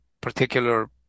particular